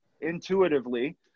intuitively